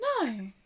No